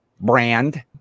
brand